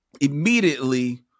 immediately